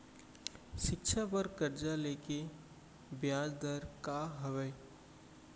शिक्षा बर कर्जा ले के बियाज दर का हवे?